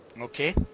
okay